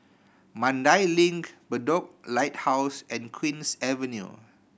Mandai Link Bedok Lighthouse and Queen's Avenue